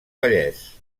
vallès